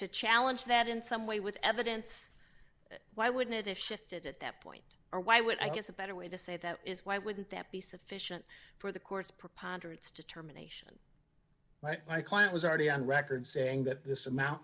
to challenge that in some way with evidence why wouldn't a shift at that point or why would i guess a better way to say that is why wouldn't that be sufficient for the court's preponderance determination my client was already on record saying that this amount